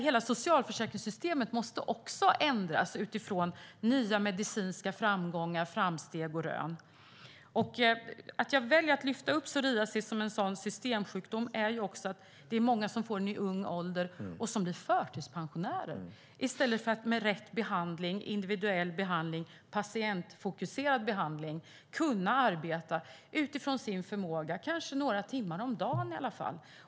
Hela socialförsäkringssystemet måste också ändras utifrån nya medicinska framgångar, framsteg och rön. Att jag väljer att lyfta upp psoriasis som en sådan systemsjukdom är att det är många som får den i ung ålder och som blir förtidspensionärer i stället för att de med rätt behandling, patientfokuserad behandling, kan arbeta utifrån sin förmåga kanske några timmar om dagen i varje fall.